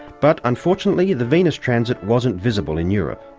but unfortunately the venus transit wasn't visible in europe.